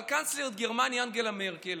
אבל קנצלרית גרמניה אנגלה מרקל